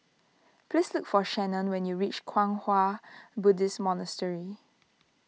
please look for Shannon when you reach Kwang Hua Buddhist Monastery